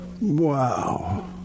Wow